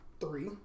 Three